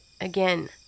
again